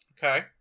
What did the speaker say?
Okay